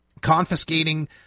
confiscating